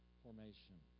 formation